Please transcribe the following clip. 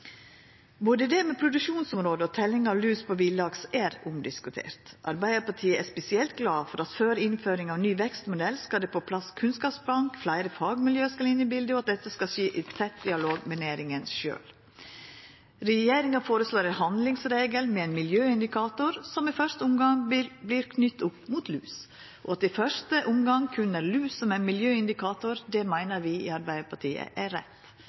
Både produksjonsområde og teljing av lus på villaks er omdiskutert. Arbeidarpartiet er spesielt glad for at det før innføring av ny vekstmodell skal på plass kunnskapsbank, at fleire fagmiljø skal inn i bildet, og at dette skal skje i tett dialog med næringa sjølv. Regjeringa foreslår ein handlingsregel med ein miljøindikator, som i første omgang vert knytt opp mot lus. At det i første omgang berre er lus som er miljøindikator, meiner vi i Arbeidarpartiet er rett.